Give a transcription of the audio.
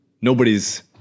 nobody's